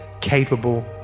capable